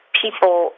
people